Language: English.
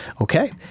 Okay